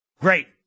Great